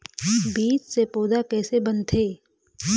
बीज से पौधा कैसे बनथे?